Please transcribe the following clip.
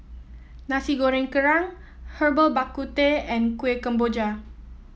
Nasi Goreng Kerang Herbal Bak Ku Teh and Kuih Kemboja